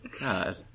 God